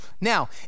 Now